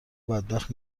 بدبخت